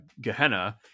Gehenna